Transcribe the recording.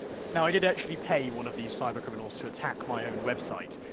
now, i did actually pay one of these cybercriminals to attack my own website.